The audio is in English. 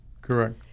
Correct